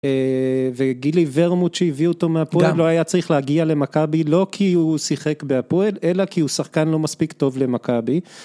וגילי ורמוט הביא אותו מהפועל, לא היה צריך להגיע למכבי, לא כי הוא שיחק בהפועל, אלא כי הוא שחקן לא מספיק טוב למכבי.